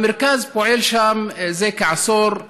המרכז פועל שם זה כעשור.